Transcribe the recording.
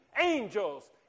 angels